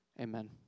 Amen